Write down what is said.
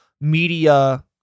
media